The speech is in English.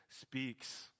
speaks